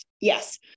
Yes